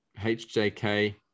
HJK